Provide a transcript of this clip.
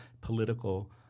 political